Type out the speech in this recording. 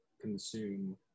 consume